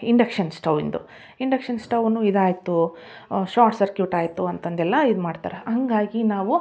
induction ಸ್ಟವ್ವಿಂದು induction ಸ್ಟವ್ವುನೂ ಇದಾಯಿತು ಶಾರ್ಟ್ ಸರ್ಕ್ಯೂಟ್ ಆಯಿತು ಅಂತಂದು ಎಲ್ಲ ಇದು ಮಾಡ್ತಾರೆ ಹಾಗಾಗಿ ನಾವು